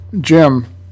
Jim